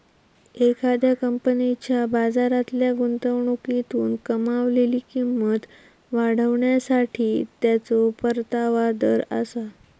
एखाद्या कंपनीच्या बाजारातल्या गुंतवणुकीतून कमावलेली किंमत वाढवण्यासाठी त्याचो परतावा दर आसा